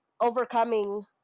overcoming